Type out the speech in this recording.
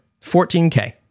$14K